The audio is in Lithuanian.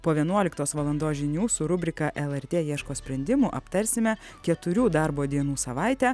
po vienuoliktos valandos žinių su rubrika lrt ieško sprendimų aptarsime keturių darbo dienų savaitę